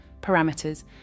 parameters